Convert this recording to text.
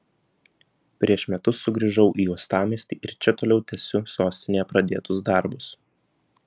prieš metus sugrįžau į uostamiestį ir čia toliau tęsiu sostinėje pradėtus darbus